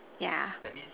yeah